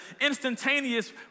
instantaneous